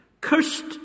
Cursed